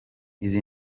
izi